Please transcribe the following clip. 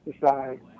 decide